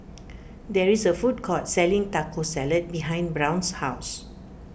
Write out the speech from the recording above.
there is a food court selling Taco Salad behind Brown's house